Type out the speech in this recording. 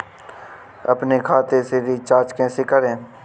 अपने खाते से रिचार्ज कैसे करें?